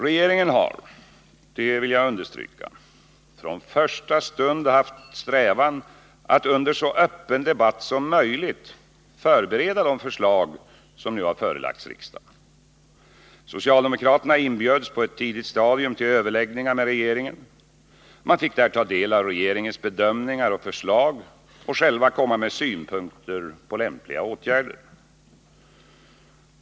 Regeringen har— det vill jag understryka — från första stund haft strävan att under så öppen debatt som möjligt förbereda de förslag som nu förelagts riksdagen. Socialdemokraterna inbjöds på ett tidigt stadium till överläggningar med regeringen. De fick där ta del av regeringens bedömningar och förslag och själva komma med synpunkter på lämpliga åtgärder.